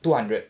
two hundred